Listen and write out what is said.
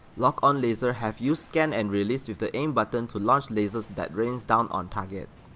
lock-on laser have you scan and release with the aim button to launch lasers that rains down on targets,